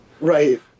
Right